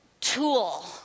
tool